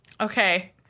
Okay